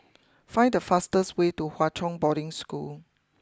find the fastest way to Hwa Chong Boarding School